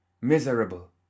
Miserable